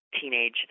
teenage